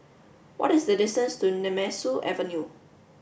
what is the distance to Nemesu Avenue